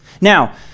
Now